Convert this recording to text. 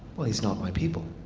well he's not my people.